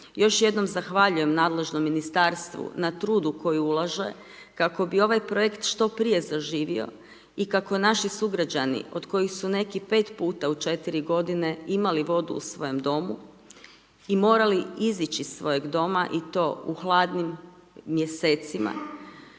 Još jednom zahvaljujem nadležnom ministarstvu na trudu koji ulaže kako bi ovaj projekt što prije zaživio i kako naši sugrađani od kojih su neki 5 puta u 4 godine imali vodu u svojem domu i morali izići iz svojeg doma i to u hladnim mjesecima,